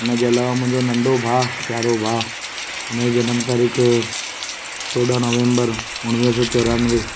उनजे अलावा मुंहिंजो नंढो भाउ प्यारो भाउ उनजी जनम तारीख़ चोॾहं नवंबर उणिवीह सौ चौरानवे